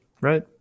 right